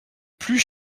plus